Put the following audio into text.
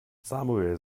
samuel